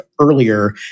earlier